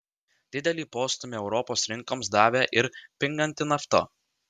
didelį postūmį europos rinkoms davė ir pinganti nafta